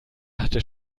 hatte